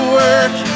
work